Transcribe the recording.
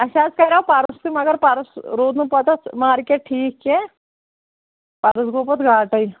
اَسہِ حظ کَریو پَرُس تہِ مگر پَرُس روٗد نہٕ پَتہٕ اَتھ مارکیٹ ٹھیٖک کینٛہہ پَرُس گوٚو پَتہٕ گاٹَے